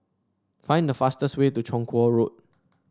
find the fastest way to Chong Kuo Road